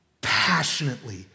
passionately